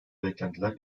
beklentiler